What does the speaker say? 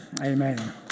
Amen